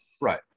Right